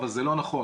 אבל זה לא נכון.